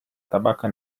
табака